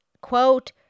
Quote